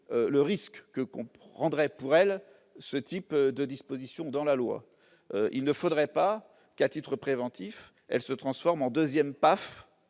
le risque que comprendrait pour elle, ce type de disposition dans la loi, il ne faudrait pas qu'à titre préventif, elle se transforme en 2ème pas